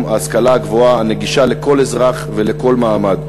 ההשכלה הגבוהה הנגישה לכל אזרח ולכל מעמד.